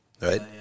right